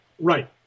Right